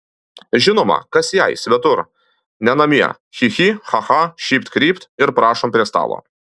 žinoma kas jai svetur ne namie chi chi cha cha šypt krypt ir prašom prie stalo